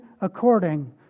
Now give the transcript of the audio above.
according